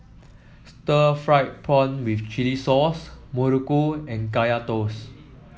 Stir Fried Prawn with chili